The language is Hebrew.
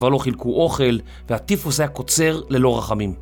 כבר לא חילקו אוכל, והטיפוס היה קוצר ללא רחמים.